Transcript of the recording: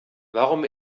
warum